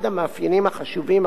אחד המאפיינים החשובים,